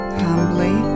humbly